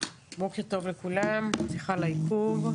בוקר טוב לכולם, סליחה על העיכוב.